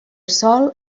sol